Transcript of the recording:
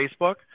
Facebook